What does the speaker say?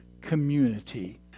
community